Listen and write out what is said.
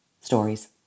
stories